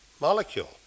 molecule